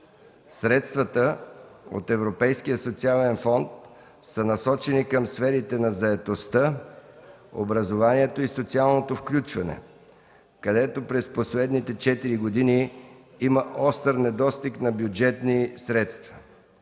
средствата от Европейския социален фонд са насочени към сферите на заетостта, образованието и социалното включване, където през последните четири години има остър недостиг на бюджетни средства;